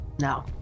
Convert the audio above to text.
no